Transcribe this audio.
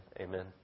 Amen